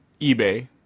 eBay